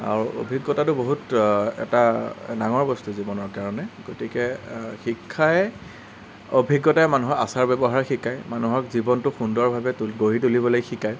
আৰু অভিজ্ঞতাটো বহুত এটা ডাঙৰ বস্তু জীৱনৰ কাৰণে গতিকে শিক্ষাই অভিজ্ঞতাই মানুহৰ আচাৰ ব্যৱহাৰ শিকাই মানুহক জীৱনটো সুন্দৰভাৱে গঢ়ি তুলিবলৈ শিকাই